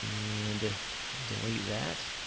and delete that.